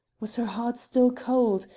was her heart still cold,